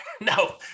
No